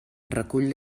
recull